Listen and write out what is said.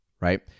right